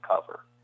cover